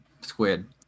Squid